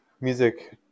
music